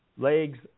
legs